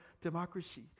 democracy